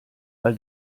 weil